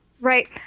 Right